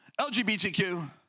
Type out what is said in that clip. LGBTQ